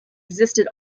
existed